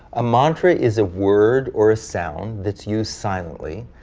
a mantra is a word or a sound that's used silently,